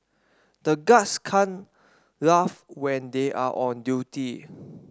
the guards can't laugh when they are on duty